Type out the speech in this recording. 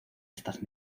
estas